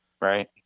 Right